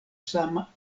sama